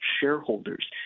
shareholders